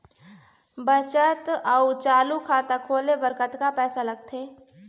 बचत अऊ चालू खाता खोले बर कतका पैसा लगथे?